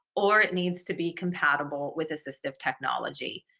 or it needs to be compatible with assistive technology.